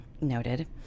Noted